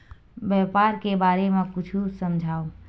व्यापार के बारे म कुछु समझाव?